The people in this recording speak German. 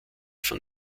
von